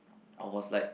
I was like